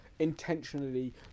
Intentionally